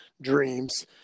dreams